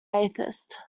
atheist